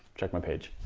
check my page.